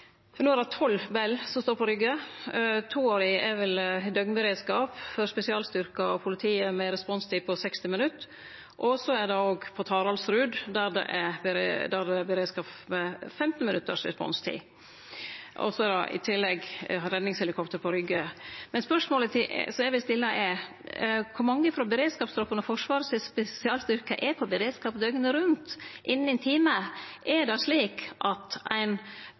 No er det tolv Bell-helikopter som står på Rygge. To av dei er vel i døgnberedskap for spesialstyrkane og politiet med ei responstid på 60 minutt. Så er det beredskap på Taraldrud med 15 minutt responstid, og i tillegg er det redningshelikopter på Rygge. Spørsmålet eg vil stille, er: Kor mange frå beredskapstroppen og Forsvaret sine spesialstyrkar er i beredskap døgnet rundt innan ein time? Er det slik at ein